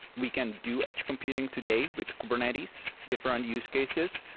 we can do edge computing today with kubernetes, different use cases,